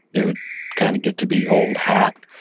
it would kind of get to be old hat,